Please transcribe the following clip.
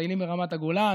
מטיילים ברמת הגולן.